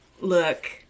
look